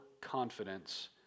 confidence